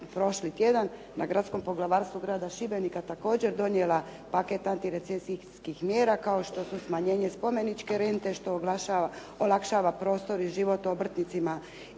prošli tjedan na Gradskom poglavarstvu Grada Šibenika također donijela paket antirecesijskih mjera kao što su smanjenje spomeničke rente što olakšava prostor i život obrtnicima